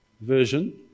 version